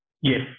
yes